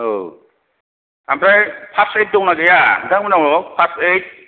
औ ओमफ्राय first aid दं ना गैया नोंथांमोनाव फार्स्ट एइद